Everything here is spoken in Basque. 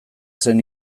zen